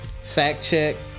fact-check